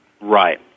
Right